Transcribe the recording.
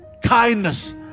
Kindness